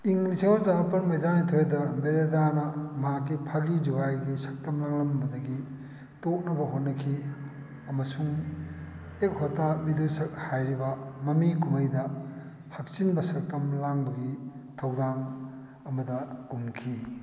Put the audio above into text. ꯏꯪ ꯂꯤꯁꯤꯡ ꯑꯃ ꯆꯃꯥꯄꯜ ꯃꯩꯗ꯭ꯔꯥꯅꯤꯊꯣꯏꯗ ꯕꯦꯔꯗꯥꯅ ꯃꯍꯥꯛꯀꯤ ꯐꯥꯒꯤ ꯖꯨꯒꯥꯏꯒꯤ ꯁꯛꯇꯝ ꯂꯧꯔꯝꯕꯗꯒꯤ ꯇꯣꯛꯅꯕ ꯍꯣꯠꯅꯈꯤ ꯑꯃꯁꯨꯡ ꯑꯦꯛ ꯍꯣꯇꯥ ꯚꯤꯗꯨꯁꯛ ꯍꯥꯏꯔꯤꯕ ꯃꯃꯤ ꯀꯨꯝꯍꯩꯗ ꯍꯛꯆꯤꯟꯕ ꯁꯛꯇꯝ ꯂꯥꯡꯕꯒꯤ ꯊꯧꯗꯥꯡ ꯑꯃꯗ ꯀꯨꯝꯈꯤ